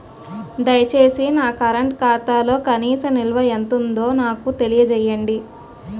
దయచేసి నా కరెంట్ ఖాతాలో కనీస నిల్వ ఎంత ఉందో నాకు తెలియజేయండి